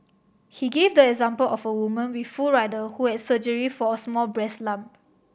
he gave the example of a woman with full rider who had surgery for a small breast lump